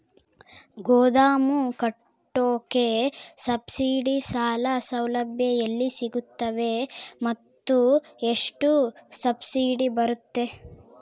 ಗೋದಾಮು ಕಟ್ಟೋಕೆ ಸಬ್ಸಿಡಿ ಸಾಲ ಸೌಲಭ್ಯ ಎಲ್ಲಿ ಸಿಗುತ್ತವೆ ಮತ್ತು ಎಷ್ಟು ಸಬ್ಸಿಡಿ ಬರುತ್ತೆ?